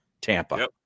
Tampa